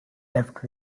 left